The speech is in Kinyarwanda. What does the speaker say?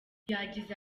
yagize